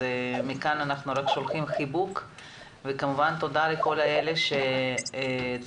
אז מכאן אנחנו שולחים חיבוק וכמובן תודה לכל אלה שתומכים.